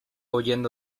huyendo